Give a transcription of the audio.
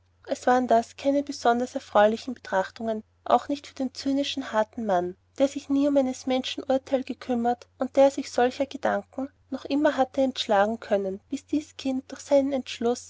es waren das keine besonders erfreulichen betrachtungen auch nicht für den cynischen harten mann der sich nie um eines menschen urteil gekümmert und der sich solcher gedanken noch immer hatte entschlagen können bis dies kind durch seinen entschluß